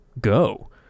go